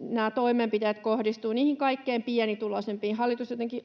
nämä toimenpiteet kohdistuvat niihin kaikkein pienituloisimpiin. Hallitus jotenkin